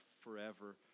forever